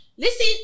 Listen